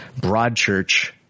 Broadchurch